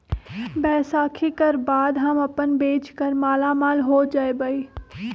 बैसाखी कर बाद हम अपन बेच कर मालामाल हो जयबई